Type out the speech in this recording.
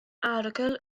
arogl